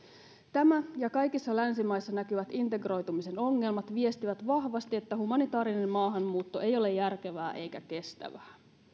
tämä ja kaikissa länsimaissa näkyvät integroitumisen ongelmat viestivät vahvasti siitä että humanitaarinen maahanmuutto ei ole järkevää eikä kestävää